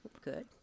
good